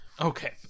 Okay